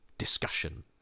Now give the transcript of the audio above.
discussion